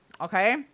Okay